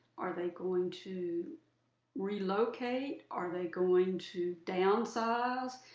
are they going to relocate, are they going to downsize?